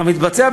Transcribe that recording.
והוא מתבצע,